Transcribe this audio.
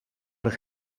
арга